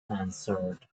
answered